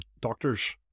doctors